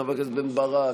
חבר הכנסת בן ברק,